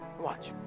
Watch